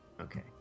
Okay